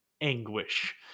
anguish